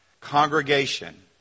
congregation